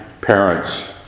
parents